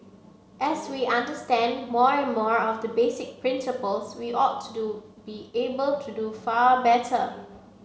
as we understand more and more of the basic principles we ought to do be able to do far better